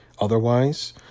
otherwise